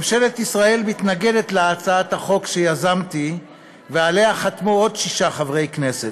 ממשלת ישראל מתנגדת להצעת החוק שיזמתי וחתמו עליה עוד שישה חברי כנסת.